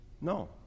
No